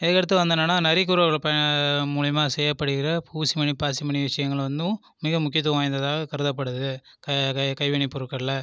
இதுக்கடுத்து வந்து என்னெனா நரிக்குறவர் மூலியமாக செய்யப்படுகிற ஊசிமணி பாசிமணி விஷயங்களும் வந்தும் மிக முக்கியத்துவம் வாய்ந்ததாக கருதப்படுது கை கை கைவினைப்பொருட்களில்